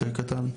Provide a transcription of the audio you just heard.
יותר קטן,